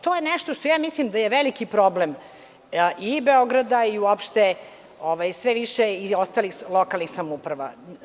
To je nešto što ja mislim da je veliki problem i Beograda i uopšte sve više i ostalih lokalnih samouprava.